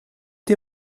die